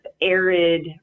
arid